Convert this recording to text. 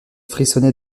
frissonnait